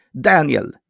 Daniel